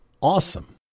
awesome